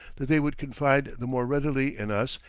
that they would confide the more readily in us,